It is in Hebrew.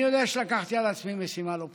אני יודע שלקחתי על עצמי משימה לא פשוטה.